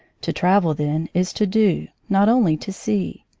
to travel, then, is to do, not only to see.